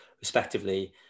respectively